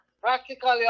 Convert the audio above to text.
practically